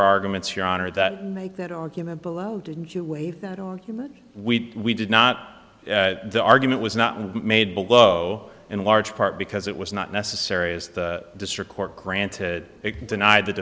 our arguments your honor that make that argument below didn't you waive that argument we did not the argument was not made below in large part because it was not necessary as the district court granted it denied th